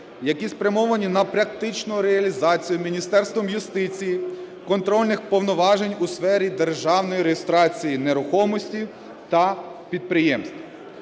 які спрямовані на практичну реалізацію Міністерством юстиції контрольних повноважень у сфері державної реєстрації нерухомості та підприємств.